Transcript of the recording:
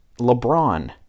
LeBron